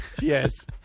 Yes